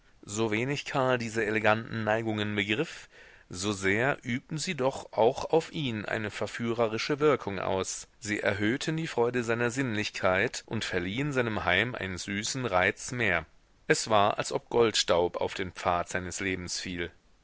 so wenig karl diese eleganten neigungen begriff so sehr übten sie doch auch auf ihn eine verführerische wirkung aus sie erhöhten die freuden seiner sinnlichkeit und verliehen seinem heim einen süßen reiz mehr es war als ob goldstaub auf den pfad seines lebens fiel